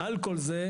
בנוסף על כל זה,